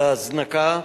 את ההזנקה,